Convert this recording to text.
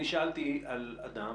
אני שאלתי על אדם